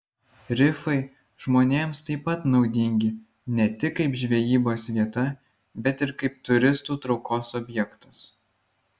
rifai žmonėms taip pat naudingi ne tik kaip žvejybos vieta bet ir kaip turistų traukos objektas